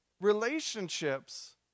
relationships